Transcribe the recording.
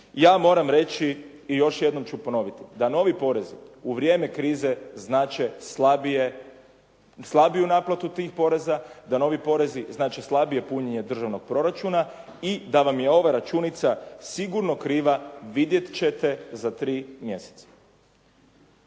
Ja moram reći i još jednom ću ponoviti da novi porezi u vrijeme krize znače slabiju naplatu tih poreza, da novi porezi znače slabije punjenje državnog proračuna i da vam je ovo računica sigurno kriva. Vidjet ćete za 3 mjeseca.